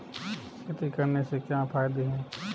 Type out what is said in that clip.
खेती करने से क्या क्या फायदे हैं?